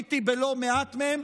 צפיתי בלא מעט מהם.